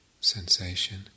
sensation